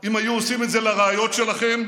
אם היו עושים את זה לרעיות שלכם,